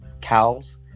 cows